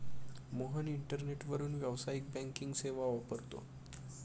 मोहन इंटरनेटवरून व्यावसायिक बँकिंग सेवा वापरतो